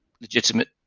legitimate